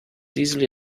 easily